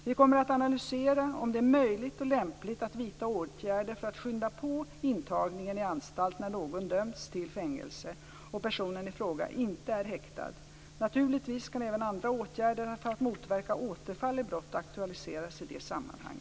Vi kommer att analysera om det är möjligt och lämpligt att vidta åtgärder för att skynda på intagningen i anstalt när någon dömts till fängelse och personen i fråga inte är häktad. Naturligtvis kan även andra åtgärder för att motverka återfall i brott aktualiseras i detta sammanhang.